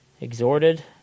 Exhorted